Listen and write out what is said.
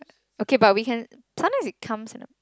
okay but we can sometime it comes in a